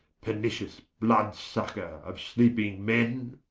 pernicious blood-sucker of sleeping men